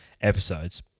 episodes